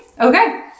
Okay